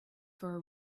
for